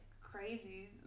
crazy